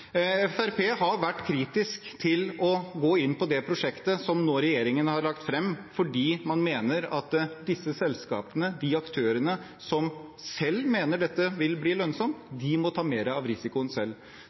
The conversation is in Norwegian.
har vært kritisk til å gå inn på det prosjektet som regjeringen nå har lagt fram, fordi man mener at disse selskapene, de aktørene som selv mener dette vil bli